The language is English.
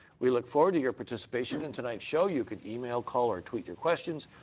we look forward to your participation in tonight's show. you can email, call or tweet your questions.